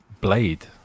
Blade